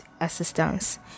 assistance